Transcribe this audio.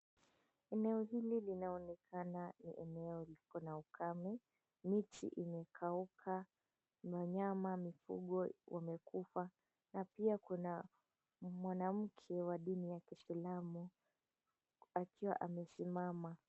Eneo hili linaonekana ni eneo likona ukame. Miti imekauka na wanyama mifugo wamekufa na pia kuna mwanamke wa dini ya kiislamu akiwa amesimama.